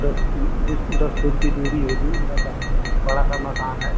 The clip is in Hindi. दस दिस दस फिट की दूरी होगी मकान में बड़ा सा मकान है